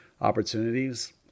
opportunities